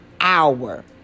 hour